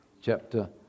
chapter